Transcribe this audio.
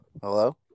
Hello